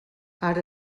ara